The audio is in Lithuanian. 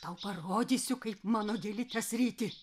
tau parodysiu kaip mano gėlytes ryti